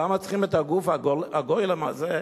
למה צריכים את הגוף הגולם הזה,